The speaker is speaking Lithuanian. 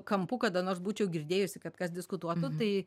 kampu kada nors būčiau girdėjusi kad kas diskutuotų tai